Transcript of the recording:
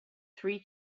three